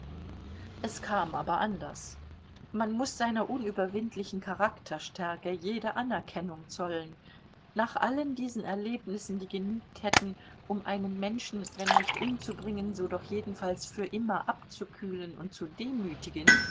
es kam aber anders man muß seiner unüberwindlichen charakterstärke jede anerkennung zollen nach allen diesen erlebnissen die genügt hätten um einen menschen wenn nicht umzubringen so doch jedenfalls für immer abzukühlen und zu demütigen